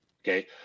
okay